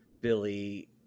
billy